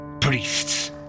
priests